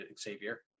Xavier